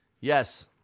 Yes